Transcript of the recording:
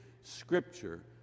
scripture